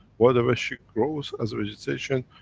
whatever she grows as a vegetation,